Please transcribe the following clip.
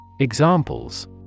Examples